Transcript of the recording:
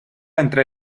entre